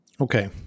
Okay